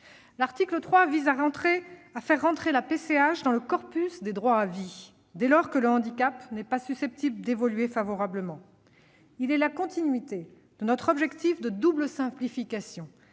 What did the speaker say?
L'article 3 vise à inclure la PCH dans le corpus des droits à vie, dès lors que le handicap n'est pas susceptible d'évoluer favorablement. Il est la continuité de notre objectif de double simplification,